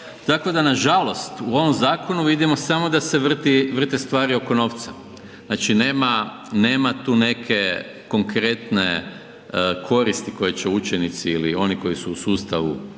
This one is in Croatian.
Tako da nažalost u ovom zakonu vidimo samo da se vrti, vrte stvari oko novca, znači nema tu neke konkretne koristi koje će učenici ili oni koji su u sustavu